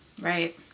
Right